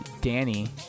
Danny